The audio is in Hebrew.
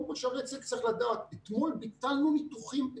לגבי הדו"ח הראשון צמצמנו קצת את ההיקפים של השקפים